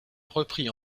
repris